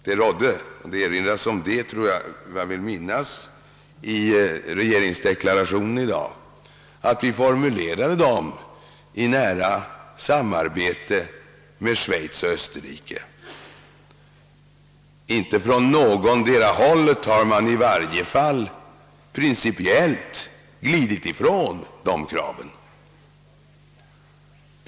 Vi formulerade dessa krav, jag vill minnas att det erinras härom i dagens regeringsdeklaration, i nära samarbete med Schweiz och Österrike. Inte från någotdera hållet har man i varje fall principiellt glidit ifrån kraven.